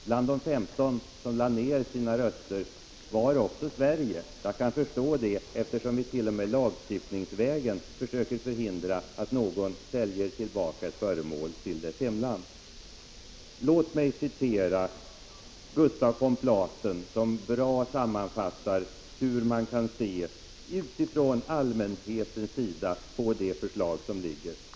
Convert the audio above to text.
Bland de femton länder som lade ned sina röster fanns också Sverige. Jag kan förstå det eftersom vi t.o.m. lagstiftningsvägen försöker förhindra att någon säljer tillbaka ett föremål till dess hemland. Låt mig citera Gustaf von Platen som bra sammanfattar hur man från allmänhetens sida kan se på det föreliggande förslaget.